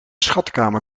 schatkamer